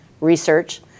research